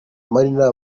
marina